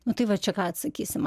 nu tai va čia ką atsakysim